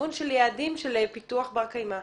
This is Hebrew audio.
לכיוון של יעדים של פיתוח בר קיימא.